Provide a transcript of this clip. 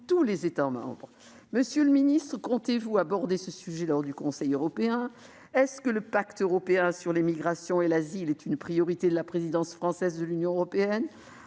Monsieur le secrétaire d'État, envisagez-vous d'aborder ce sujet lors du Conseil européen ? Le pacte européen sur la migration et l'asile est-il une priorité de la présidence française de l'Union européenne ?